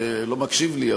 שלא מקשיב לי,